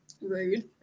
rude